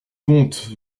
comte